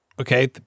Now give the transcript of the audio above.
Okay